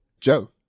Joe